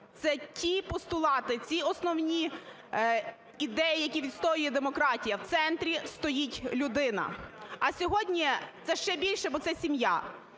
Це ті постулати, ті основні ідеї, які відстоює демократія – в центрі стоїть людина. А сьогодні це ще більше, бо це